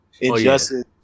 Injustice